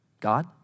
God